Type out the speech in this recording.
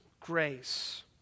grace